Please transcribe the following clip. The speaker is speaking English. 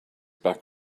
back